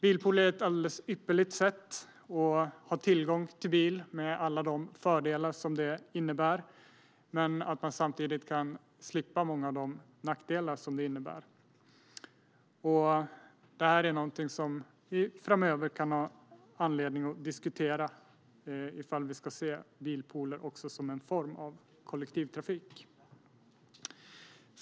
Bilpooler är ett alldeles ypperligt sätt att ha tillgång till bil med alla de fördelar det innebär, men samtidigt slippa många av de nackdelar det innebär. Vi kan framöver ha anledning att diskutera om vi ska se bilpooler som en form av kollektivtrafik.